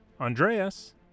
Andreas